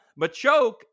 Machoke